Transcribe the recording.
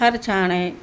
फार छान आहे